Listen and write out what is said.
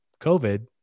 COVID